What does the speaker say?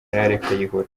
kayihura